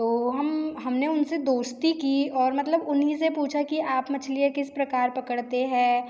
तो हम हम ने उन से दोस्ती की और मतलब उन्हीं से पूछा कि आप मछलियाँ किस प्रकार पकड़ते हैं